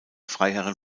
freiherren